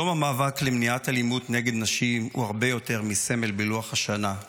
יום המאבק למניעת אלימות נגד נשים הוא הרבה יותר מסמל בלוח השנה,